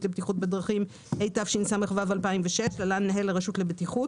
לבטיחות בדרכים התשס"ו-2006 (להלן מנהל הרשות לבטיחות)